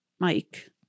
Mike